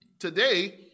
Today